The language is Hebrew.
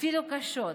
אפילו קשות.